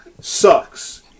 Sucks